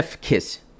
kiss